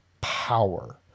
power